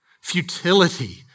Futility